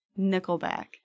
Nickelback